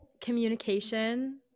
communication